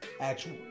actual